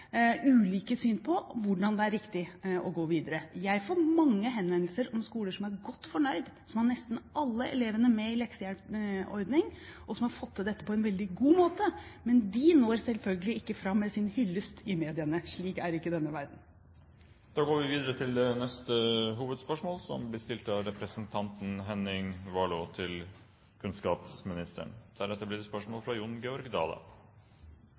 ulike syn på hvordan det er riktig å gå videre. Jeg får mange henvendelser om skoler som er godt fornøyd, som har nesten alle elevene med i leksehjelpordning, og som har fått til dette på en veldig god måte. Men de når selvfølgelig ikke fram med sin hyllest i mediene – slik er ikke denne verden.